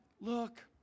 look